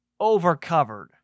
Overcovered